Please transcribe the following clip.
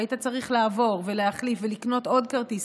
שהיית צריך לעבור ולהחליף ולקנות עוד כרטיס